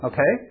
Okay